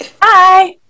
Bye